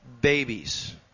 babies